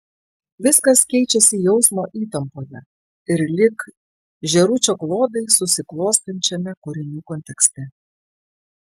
viskas keičiasi jausmo įtampoje ir lyg žėručio klodai susiklostančiame kūrinių kontekste